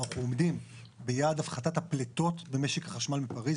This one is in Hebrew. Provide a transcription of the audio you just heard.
עומדים ביעד הפחתת הפליטות במשק החשמל מפריז.